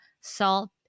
salt